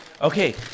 okay